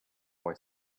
boy